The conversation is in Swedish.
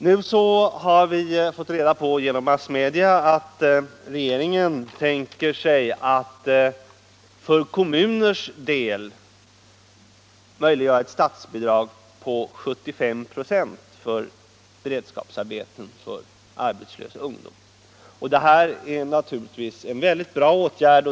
Nu har vi genom massmedia fått reda på att regeringen tänker sig att för kommuner möjliggöra ett statsbidrag på 75 96 för beredskapsarbeten för arbetslös ungdom. Det är naturligtvis en väldigt bra åtgärd.